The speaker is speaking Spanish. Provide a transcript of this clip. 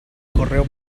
correo